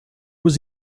was